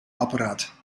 apparaat